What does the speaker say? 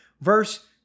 verse